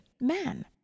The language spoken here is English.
man